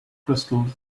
crystals